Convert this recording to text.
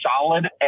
solid